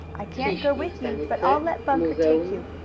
i can't go with you, but i'll let bunker take you.